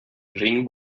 ring